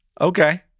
Okay